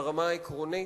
ברמה העקרונית,